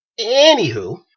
Anywho